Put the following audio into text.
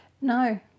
No